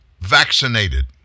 vaccinated